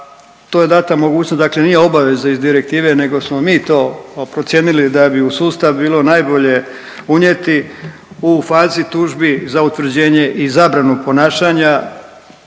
to je data mogućnost dakle nije obaveza iz direktive nego smo mi to procijenili da bi u sustav bilo najbolje unijeti u fazi tužbi za utvrđenje i zabranu ponašanja,